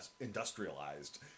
industrialized